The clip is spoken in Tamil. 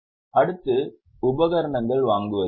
அடுத்து உபகரணங்கள் வாங்குவது